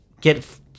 get